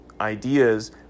ideas